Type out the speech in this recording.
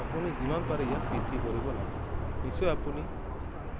আপুনি যিমান পাৰে ইয়াত বৃদ্ধি কৰিব লাগে নিশ্চয় আপুনি